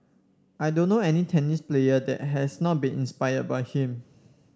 I don't know any tennis player that has not been inspired by him